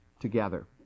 together